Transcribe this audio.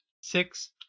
six